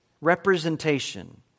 Representation